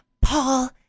Paul